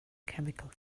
chemicals